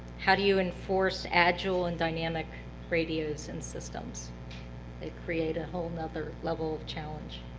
how do you enforce agile and dynamic radios and systems that create a whole nother level of challenge?